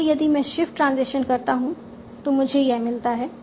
इसलिए यदि मैं शिफ्ट ट्रांजिशन करता हूं तो मुझे यह मिलता है